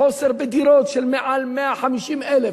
חוסר בדירות של מעל 150,000,